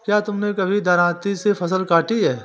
क्या तुमने कभी दरांती से फसल काटी है?